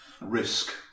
risk